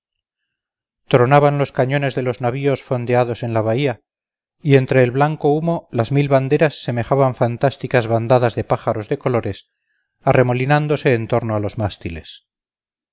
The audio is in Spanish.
tronaban los cañones de los navíos fondeados en la bahía y entre el blanco humo las mil banderas semejaban fantásticas bandadas de pájaros de colores arremolinándose en torno a los